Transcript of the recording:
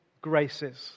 graces